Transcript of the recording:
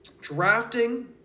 drafting